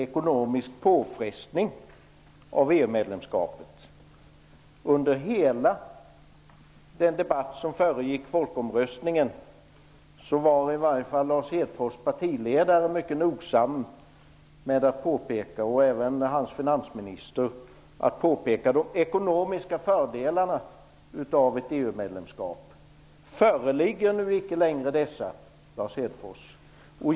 Under hela den debatt som föregick folkomröstningen var i varje fall partiledaren i Lars Hedfors parti och även dennes finansminister mycket noga med att peka på de ekonomiska fördelarna av ett EU-medlemskap. Föreligger nu icke längre dessa, Lars Hedfors?